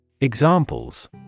Examples